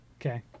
Okay